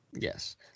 Yes